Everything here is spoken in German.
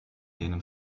denen